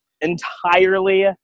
entirely